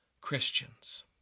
Christians